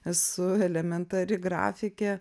esu elementari grafikė